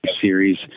series